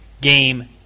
game